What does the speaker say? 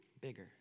bigger